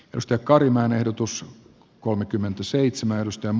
tästä karimaan ehdotus mietintöä vastaan